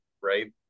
right